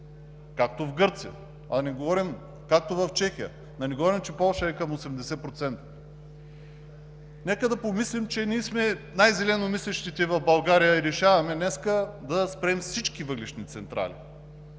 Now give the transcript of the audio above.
както е в Гърция, както в Чехия, а да не говорим, че в Полша е към 80%. Нека да помислим, че ние сме най-зелено мислещите в България и решаваме днес да спрем всички въглищни централи.